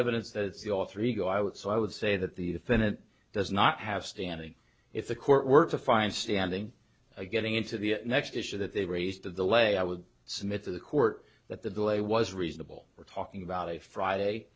evidence that the author ego i would so i would say that the defendant does not have standing if the court were to find standing getting into the next issue that they raised the way i would submit to the court that the delay was reasonable we're talking about a friday